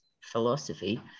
philosophy